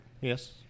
Yes